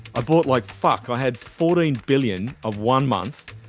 ah bought like. fuck. i had fourteen billion of one month,